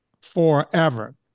forever